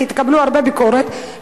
כי תקבלו הרבה ביקורת,